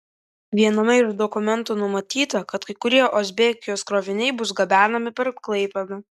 viename iš dokumentų numatyta kad kai kurie uzbekijos kroviniai bus gabenami per klaipėdą